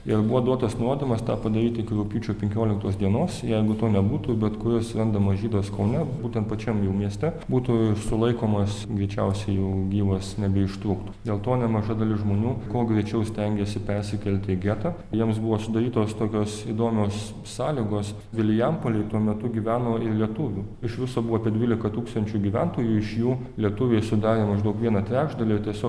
ir buvo duotas nurodymas tą padaryti iki rugpjūčio penkioliktos dienos jeigu to nebūtų bet kuris randamas žydas kaune būtent pačiam jau mieste būtų sulaikomas greičiausiai jau gyvas nebeištrūktų dėl to nemaža dalis žmonių kuo greičiau stengėsi persikelti į getą jiems buvo sudarytos tokios įdomios sąlygos vilijampolėj tuo metu gyveno ir lietuvių iš viso buvo apie dvylika tūkstančių gyventojų iš jų lietuviai sudarė maždaug vieną trečdalį ir tiesiog